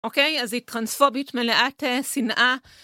אוקיי? אז היא טרנספובית, מלאת שנאה.